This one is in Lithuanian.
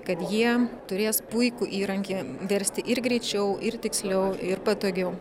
kad jie turės puikų įrankį versti ir greičiau ir tiksliau ir patogiau